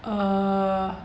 err